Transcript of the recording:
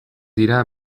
dira